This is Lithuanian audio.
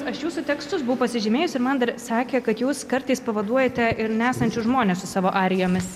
aš jūsų tekstus buvau pasižymėjus ir man dar sakė kad jūs kartais pavaduojate ir nesančius žmones su savo arijomis